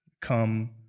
come